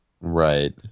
right